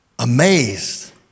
amazed